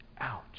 Ouch